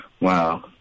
Wow